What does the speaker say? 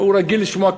הוא רגיל לשמוע קללות,